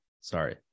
Sorry